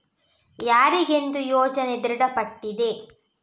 ಯಾರಿಗೆಂದು ಯೋಜನೆ ದೃಢಪಟ್ಟಿದೆ?